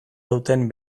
duten